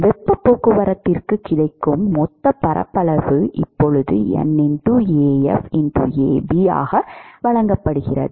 வெப்பப் போக்குவரத்திற்குக் கிடைக்கும் மொத்தப் பரப்பளவு இப்போது N Af Ab ஆக வழங்கப்படுகிறது